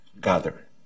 gather